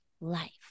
life